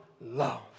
love